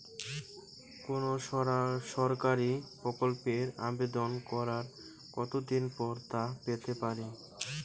কোনো সরকারি প্রকল্পের আবেদন করার কত দিন পর তা পেতে পারি?